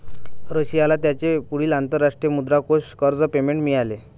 रशियाला त्याचे पुढील अंतरराष्ट्रीय मुद्रा कोष कर्ज पेमेंट मिळेल